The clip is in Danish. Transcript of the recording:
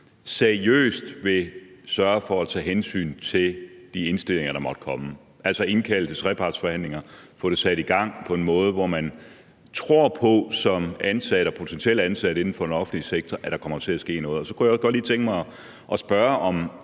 seriøst vil sørge for at tage hensyn til de indstillinger, der måtte komme – altså indkalde til trepartsforhandlinger og få det sat i gang på en måde, hvor man som ansat eller potentielt ansat inden for den offentlige sektor tror på, at der kommer til at ske noget. Så kunne jeg også godt lige tænke mig at spørge, om